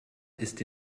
ist